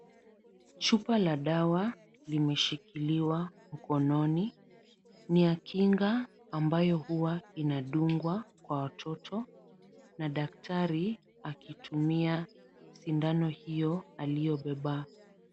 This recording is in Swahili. Chupa la dawa limeshilikiwa mkononi. Ni ya kinga ambayo huwa inadungwa kwa watoto na daktari akitumia sindano hiyo aliyobeba.